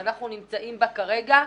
שאנחנו נמצאים בה כרגע,